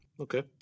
Okay